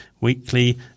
weekly